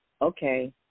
okay